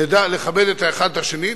נדע לכבד אחד את השני,